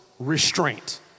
Restraint